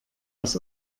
aus